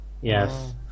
Yes